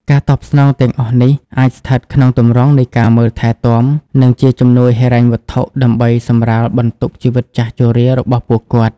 ការតបស្នងទាំងអស់នេះ អាចស្ថិតក្នុងទម្រង់នៃការមើលថែរទាំ និងជាជំនួយហិរញ្ញវត្ថុ ដើម្បីសម្រាលបន្ទុកជីវិតចាស់ជរារបស់ពួកគាត់។